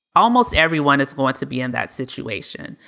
almost everyone is going to be in that situation.